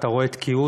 אתה רואה תקיעות,